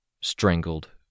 strangled